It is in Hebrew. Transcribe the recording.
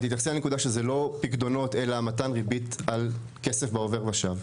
ותתייחסי לנקודה שזה לא פיקדונות אלא מתן ריבית על כסף בעובר ושב.